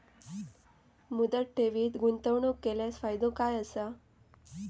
मुदत ठेवीत गुंतवणूक केल्यास फायदो काय आसा?